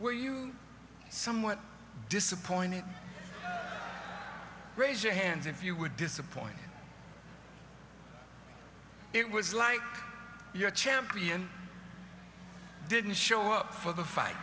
were you somewhat disappointed raise your hands if you were disappointed it was like your champion didn't show up for the fight